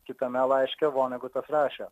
kitame laiške vonegutas rašė